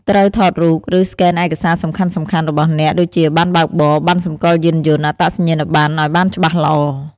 ត្រូវថតរូប ឬ ស្កេនឯកសារសំខាន់ៗរបស់អ្នក ដូចជា ប័ណ្ណបើកបរ ប័ណ្ណសម្គាល់យានយន្ត អត្តសញ្ញាណប័ណ្ណ ឲ្យបានច្បាស់ល្អ។